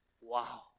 Wow